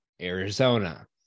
Arizona